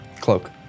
cloak